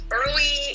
early